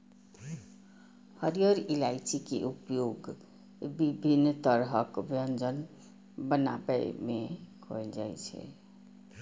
हरियर इलायची के उपयोग विभिन्न तरहक व्यंजन बनाबै मे कैल जाइ छै